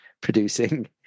producing